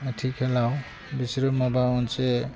आथिखालाव बिसोरो माबा मोनसे